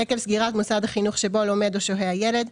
עקב סגירת מוסד החינוך שבו לומד או שוהה הילד,